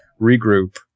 regroup